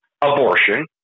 abortion